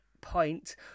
point